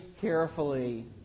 carefully